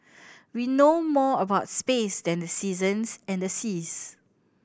we know more about space than the seasons and the seas